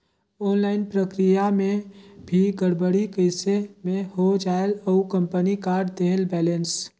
Online प्रक्रिया मे भी गड़बड़ी कइसे मे हो जायेल और कंपनी काट देहेल बैलेंस?